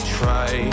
try